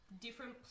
different